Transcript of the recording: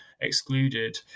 excluded